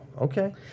okay